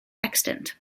extant